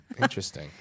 Interesting